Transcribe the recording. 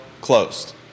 closed